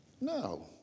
No